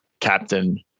captain